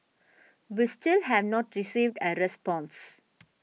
we still have not received a response